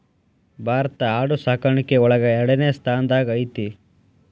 ಭಾರತಾ ಆಡು ಸಾಕಾಣಿಕೆ ಒಳಗ ಎರಡನೆ ಸ್ತಾನದಾಗ ಐತಿ